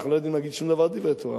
אני לא יודעים להגיד שום דבר על דברי תורה.